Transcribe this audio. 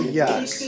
yes